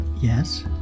yes